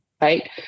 right